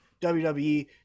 WWE